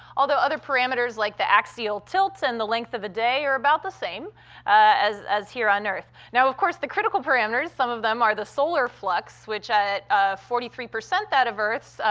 although other parameters like the axial tilt and the length of the day are about the same as as here on earth. now, of course, the critical parameters some of them are the solar flux, which, at forty three percent that of earth's,